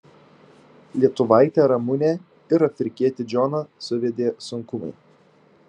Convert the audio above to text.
lietuvaitę ramunę ir afrikietį džoną suvedė sunkumai